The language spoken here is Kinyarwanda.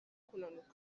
kunanuka